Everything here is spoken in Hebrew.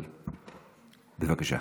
בבקשה.